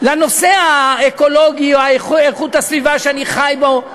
לנושא האקולוגי או איכות הסביבה שאני חי בה,